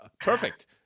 Perfect